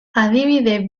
adibide